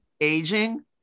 aging